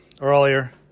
earlier